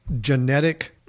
genetic